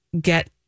get